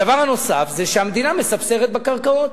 הדבר הנוסף זה שהמדינה מספסרת בקרקעות.